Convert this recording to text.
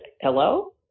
hello